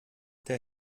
der